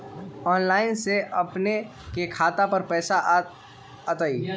Online से अपने के खाता पर पैसा आ तई?